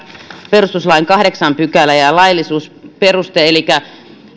perustuslain kahdeksas pykälä ja laillisuusperuste elikkä